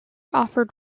offered